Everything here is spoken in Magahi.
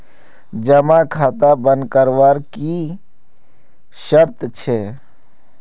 जमा खाता बन करवार की शर्त छे?